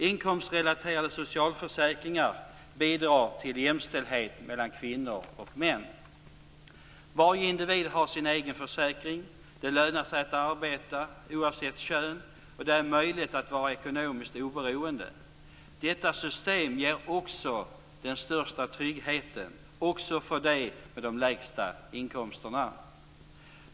Inkomstrelaterade socialförsäkringar bidrar till jämställdhet mellan kvinnor och män. Varje individ har sin egen försäkring. Det lönar sig att arbeta oavsett kön. Det är möjligt att vara ekonomiskt oberoende. Detta system ger den största tryggheten - också för dem med de lägsta inkomsterna.